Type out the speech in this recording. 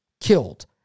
killed